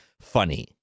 funny